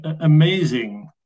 amazing